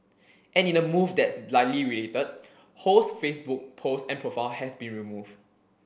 and in a move that is likely related Ho's Facebook post and profile have been removed